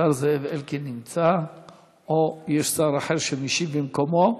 השר זאב אלקין נמצא או יש שר אחר שמשיב במקומו?